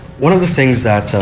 one of the things that